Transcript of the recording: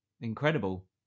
Incredible